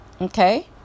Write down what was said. Okay